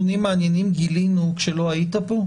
אתה יודע איזה נתונים מעניינים גילינו כשלא היית פה?